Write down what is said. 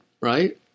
right